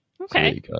Okay